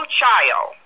child